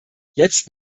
jetzt